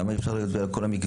למה אי אפשר על כל המקבץ?